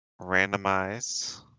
randomize